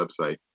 website